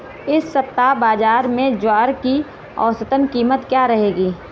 इस सप्ताह बाज़ार में ज्वार की औसतन कीमत क्या रहेगी?